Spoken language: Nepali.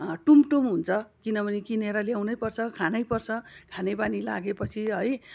टुमटुम हुन्छ किनभने किनेर ल्याउनै पर्छ खानै पर्छ खाने बानी लागेपछि है